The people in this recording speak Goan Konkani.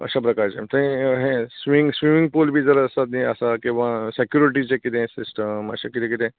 अश्या प्रकारचें म्हणजे एक अहें स्विमींग स्विमींग पुल बीन आसत नी आसा किंवां सेक्युरिटीची कितें सिस्टम अशें कितें कितें